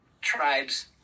Tribes